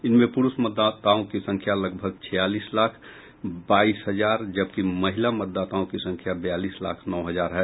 इनमें पुरूष मतदाताओं की संख्या लगभग छियालीस लाख बाईस हजार जबकि महिला मतदाताओं की संख्या बयालीस लाख नौ हजार है